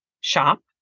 shop